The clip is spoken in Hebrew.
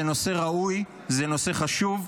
זה נושא ראוי, זה נושא חשוב,